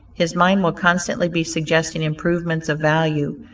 his mind will constantly be suggesting improvements of value,